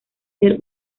ser